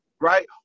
Right